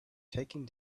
taking